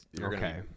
Okay